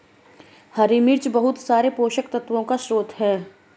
हरी मिर्च बहुत सारे पोषक तत्वों का स्रोत है